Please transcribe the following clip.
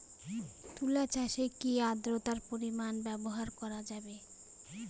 তুলা চাষে কি আদ্রর্তার পরিমাণ ব্যবহার করা যাবে?